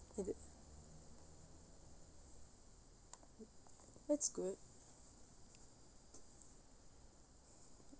that's good